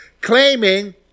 claiming